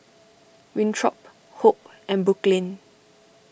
Winthrop Hope and Brooklyn